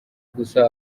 gusa